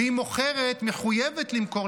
והיא מחויבת למכור,